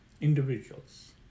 individuals